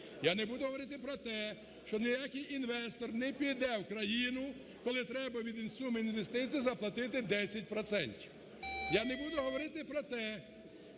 Я не буду говорити про те, що ніякий інвестор не піде в країну, коли треба від суми інвестиції заплатити 10 процентів. Я не буду говорити про те,